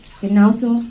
genauso